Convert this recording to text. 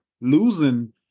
losing